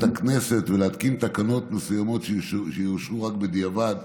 הכנסת ולהתקין תקנות מסוימות שיאושרו רק בדיעבד.